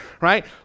right